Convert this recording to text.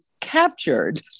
captured